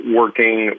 working